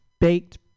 baked